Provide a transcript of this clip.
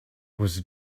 was